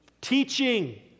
Teaching